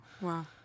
wow